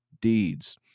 deeds